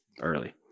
early